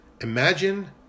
Imagine